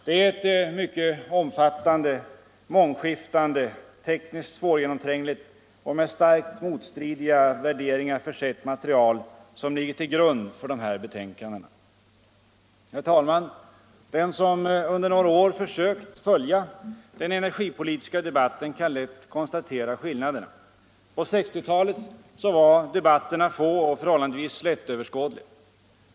Det är ett mycket omfattande, mångskiftande, tekniskt svårgenomträngligt och med starkt motstridiga värderingar försett material som ligger till grund för dessa betänkanden. Herr talman! Den som under några år försökt följa den energipolitiska debatten kan lätt konstatera skillnaderna. På 1960-talet var debatterna få och förhållandevis lättöverskådliga.